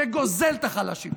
שגוזל מהחלשים.